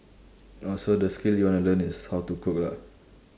oh so the skill you wanna learn is how to cook lah